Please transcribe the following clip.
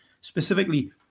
specifically